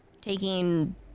taking